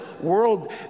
world